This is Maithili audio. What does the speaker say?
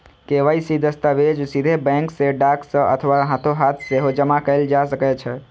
के.वाई.सी दस्तावेज सीधे बैंक कें डाक सं अथवा हाथोहाथ सेहो जमा कैल जा सकै छै